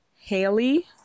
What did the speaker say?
Haley